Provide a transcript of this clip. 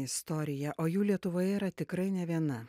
istoriją o jų lietuvoje yra tikrai ne viena